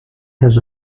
has